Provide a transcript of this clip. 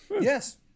Yes